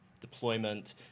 deployment